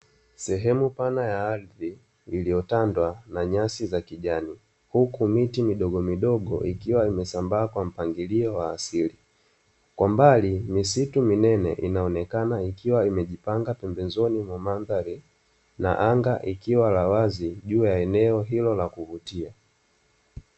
Sehemu pana ya ardhi iliyotandwa na nyasi za kijani, huku miti midogomidogo ikiwa imesambaa kwa mpangilio wa asili. Kwa mbali misitu minene inaonekana ikiwa imejipanga pembezoni mwa mandhari. Na anga likiwa la wazi juu ya eneo hilo la kuvutia.